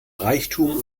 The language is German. reichtum